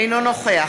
אינו נוכח